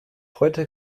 heute